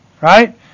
right